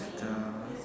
the